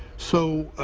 so